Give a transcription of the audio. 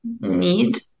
need